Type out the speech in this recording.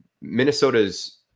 Minnesota's –